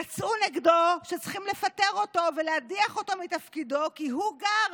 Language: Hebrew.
יצאו נגדו שצריכים לפטר אותו ולהדיח אותו מתפקידו כי הוא גר,